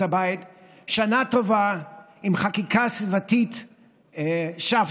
הבית שנה טובה עם חקיקה סביבתית שאפתנית,